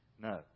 no